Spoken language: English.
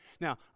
Now